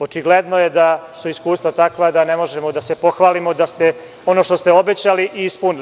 Očigledno je da su iskustva takva da ne možemo da se pohvalimo da ono što ste obećali da ste i ispunili.